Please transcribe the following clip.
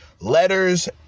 letters